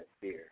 fear